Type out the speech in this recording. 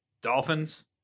Dolphins